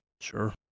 Sure